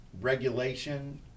regulation